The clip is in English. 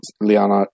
Liana